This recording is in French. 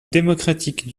démocratique